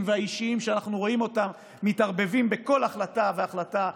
והאישיים שאנחנו רואים שמתערבבים בכל החלטה והחלטה,